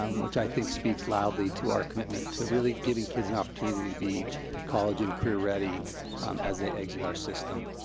um which i think speaks loudly to our commitment to really giving kids an opportunity to be college and career ready as they exit our system.